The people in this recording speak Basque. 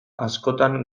askotan